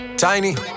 Tiny